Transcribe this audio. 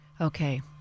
Okay